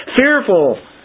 fearful